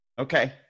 Okay